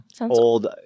old